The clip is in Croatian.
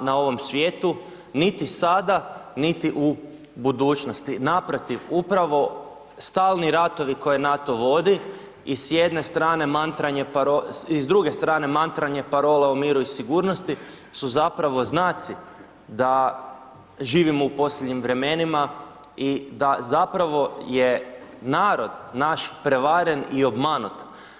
na ovom svijetu niti sada, niti u budućnosti, naprotiv upravo stalni ratovi koje NATO vodi i s jedne strane mantranje i s druge strane mantranje parole o miru i sigurnosti su zapravo znaci da živimo u posljednjim vremenima i da zapravo je narod naš prevaren i obmanut.